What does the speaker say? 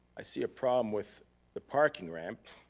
i see a problem with the parking ramp,